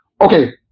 Okay